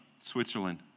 Switzerland